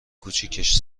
کوچیکش